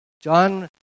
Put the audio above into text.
John